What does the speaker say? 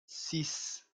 six